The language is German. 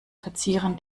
verzieren